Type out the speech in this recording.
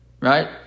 right